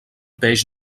peix